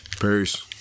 Peace